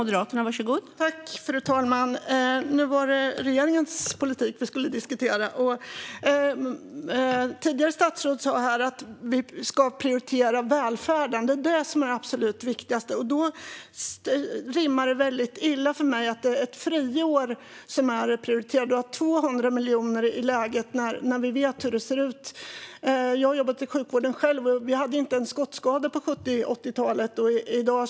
Fru talman! Nu är det regeringens politik som vi ska diskutera. Ett statsråd sa här tidigare att vi ska prioritera välfärden och att det är det absolut viktigaste. Det rimmar väldigt illa för mig med att ett friår prioriteras. Läget är att det handlar om 200 miljoner när vi vet hur det ser ut. Jag har själv jobbat i sjukvården, och vi hade inte skottskada på 1970 och 1980-talen.